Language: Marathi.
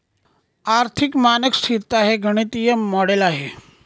आर्थिक मानक स्तिरता हे गणितीय मॉडेल आहे